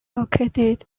located